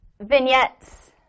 vignettes